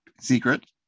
secret